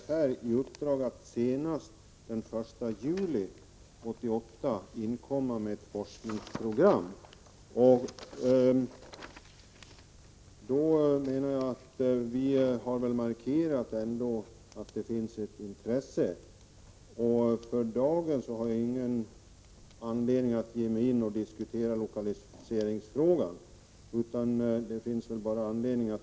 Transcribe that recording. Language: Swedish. Fru talman! Utskottsmajoriteten har inte sagt att renforskningen är oviktig, utan vi har sagt att regeringen har gett SJFR i uppdrag att senast den 1 juli 1988 inkomma med ett forskningsprogram. Utskottsmajoriteten har med detta markerat att det finns ett intresse för frågan.